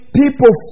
people